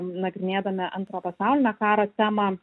nagrinėdami antrojo pasaulinio karo temą